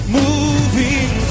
moving